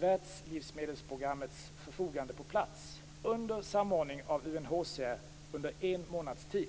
Världslivsmedelsprogrammets förfogande på plats, under samordning av UNHCR under en månads tid.